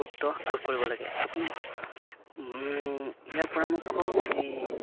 গুৰুত্ব আৰোপ কৰিব লাগে আপুনি ইয়াৰ পৰামৰ্শ কি